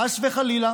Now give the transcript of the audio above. חס וחלילה